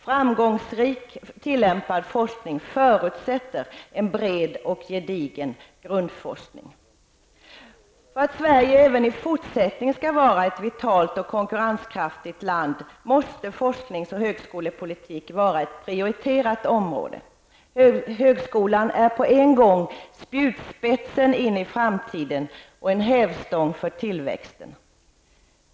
Framgångsrik tillämpad forskning förutsätter en bred och gedigen grundforskning. För att Sverige även i fortsättningen skall vara ett vitalt och konkurrenskraftigt land måste forsknings och högskolepolitik vara ett prioriterat område. Högskolan är på en gång en spjutspets in i framtiden och en hävstång för tillväxten.